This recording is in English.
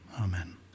amen